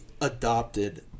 adopted